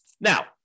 Now